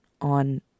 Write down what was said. on